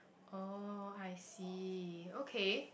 oh I see okay